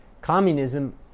Communism